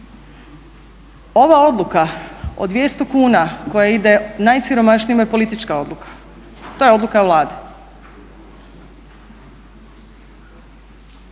Ova odluka o 200 kuna koja ide najsiromašnijima je politička odluka, to je odluka Vlade.